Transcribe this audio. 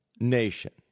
nation